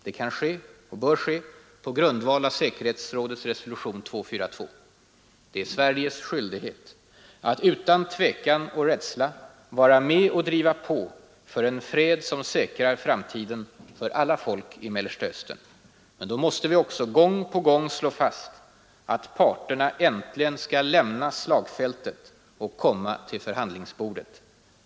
Det kan ske och bör ske på grundval av säkerhetsrådets resolution 242. Det är Sveriges skyldighet att utan tvekan och rädsla vara med och driva på för en fred som säkrar framtiden för alla folk i Mellersta Östern. Men då måste vi också, gång på gång, slå fast att parterna äntligen skall lämna slagfältet och komma till förhandlingsbordet.